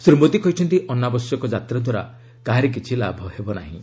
ଶ୍ରୀ ମୋଦୀ କହିଛନ୍ତି ଅନାବଶ୍ୟକ ଯାତ୍ରା ଦ୍ୱାରା କାହାରି କିଛି ଲାଭ ହେବ ନାହିଁ